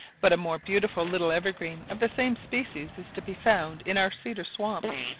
but a more beautiful little evergreen of the same species is to be found in our cedar swamps,